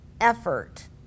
effort